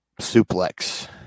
suplex